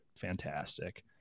fantastic